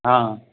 हा